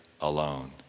alone